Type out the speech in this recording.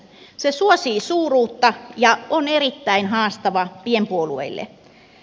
se suosii suuruutta ja on erittäin haastava pienpuolueille